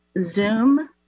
Zoom